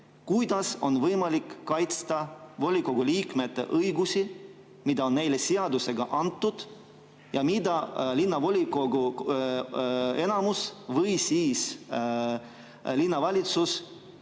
kuidas on võimalik kaitsta volikogu liikmete õigusi, mis on neile seadusega antud ja mida linnavolikogu enamus või linnavalitsus